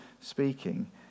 speaking